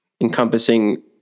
encompassing